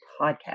podcast